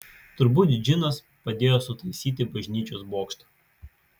turbūt džinas padėjo sutaisyti bažnyčios bokštą